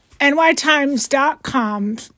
NYTimes.com